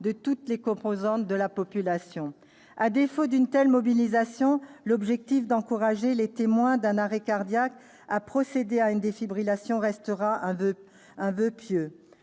de toutes les composantes de la population. À défaut d'une telle mobilisation, l'objectif d'encourager les témoins d'un arrêt cardiaque à procéder à une défibrillation restera un voeu pieux.